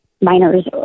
minors